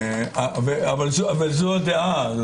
אבל זו הדעה.